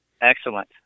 Excellent